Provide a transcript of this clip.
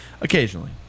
Occasionally